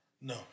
No